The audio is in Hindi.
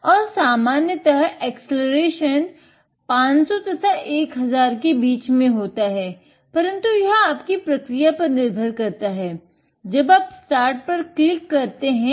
और सामान्यतः एक्सलेरेशन ढूंढते हैं